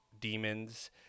demons